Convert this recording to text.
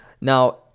Now